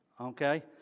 okay